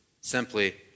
simply